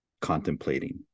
contemplating